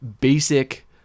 basic